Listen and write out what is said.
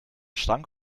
schrank